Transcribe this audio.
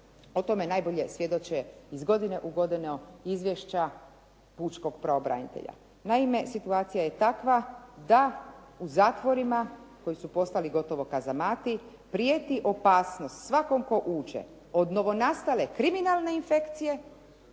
o tome najbolje svjedoče iz godine u godinu izvješća pučkog pravobranitelja. Naime, situacija je takva da u zatvorima koji su postalo gotovo kazamati prijeti opasnost svakom tko uđe od novonastale kriminalne infekcije